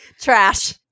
Trash